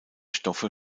stoffe